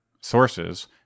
sources